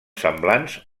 semblants